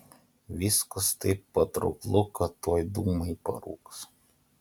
viskas taip patrauklu kad tuoj dūmai parūks